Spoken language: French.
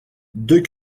deux